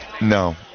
No